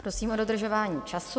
Prosím o dodržování času.